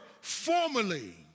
formerly